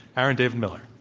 aaron david miller.